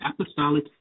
Apostolic